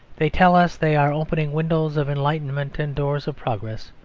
they tell us they are opening windows of enlightenment and doors of progress.